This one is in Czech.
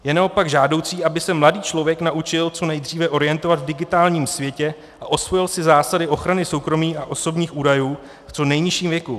Je naopak žádoucí, aby se mladý člověk naučil co nejdříve orientovat v digitálním světě a osvojil si zásady ochrany soukromí a osobních údajů v co nejnižším věku.